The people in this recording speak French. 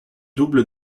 double